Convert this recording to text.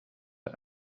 der